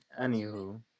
Anywho